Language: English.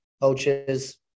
coaches